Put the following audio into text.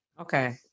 Okay